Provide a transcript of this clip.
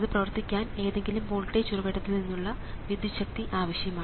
അത് പ്രവർത്തിക്കാൻ ഏതെങ്കിലും വോൾട്ടേജ് ഉറവിടത്തിൽ നിന്നുള്ള വിദ്യുച്ഛക്തി ആവശ്യമാണ്